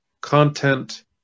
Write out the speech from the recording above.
content